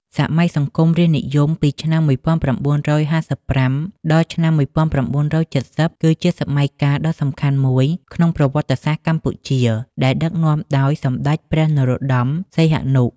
សម័យសង្គមរាស្ត្រនិយម ពីឆ្នាំ១៩៥៥ ដល់ឆ្នាំ១៩៧០ គឺជាសម័យកាលដ៏សំខាន់មួយក្នុងប្រវត្តិសាស្ត្រកម្ពុជា ដែលដឹកនាំដោយសម្ដេចព្រះនរោត្ដម សីហនុ។